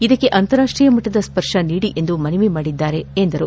ಇದಕ್ಕೆ ಅಂತಾರಾಷ್ಷೀಯ ಮಟ್ಟದ ಸ್ಪರ್ಶ ನೀಡಿ ಎಂದು ಮನವಿ ಮಾಡಿದ್ದಾರೆ ಎಂದರು